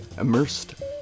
immersed